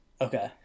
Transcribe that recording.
Okay